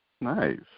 Nice